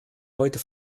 heute